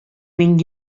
мин